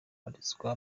babarizwa